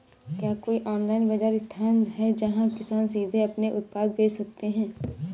क्या कोई ऑनलाइन बाज़ार स्थान है जहाँ किसान सीधे अपने उत्पाद बेच सकते हैं?